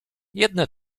jedne